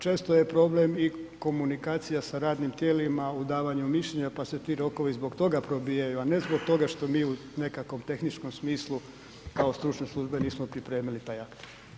Često je problem i komunikacija sa radnim tijelima u davanju mišljenja pa se ti rokovi zbog toga probijaju, a ne zbog toga što mi u nekakvom tehničkom smislu kao stručne službe nismo pripremili taj akt.